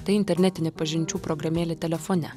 tai internetinė pažinčių programėlė telefone